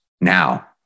Now